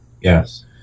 Yes